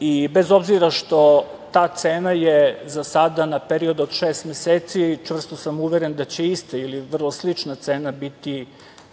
i bez obzira što ta cena je za sada na period od šest meseci čvrsto sam uveren da će ista ili vrlo slična cena biti